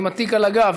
עוד עם התיק על הגב.